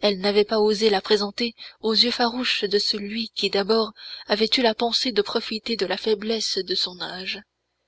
elle n'avait pas osé la présenter aux yeux farouches de celui qui d'abord avait eu la pensée de profiter de la faiblesse de son âge